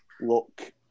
look